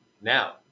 now